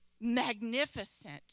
magnificent